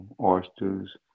oysters